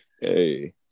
hey